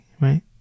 right